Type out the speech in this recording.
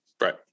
Right